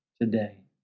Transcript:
today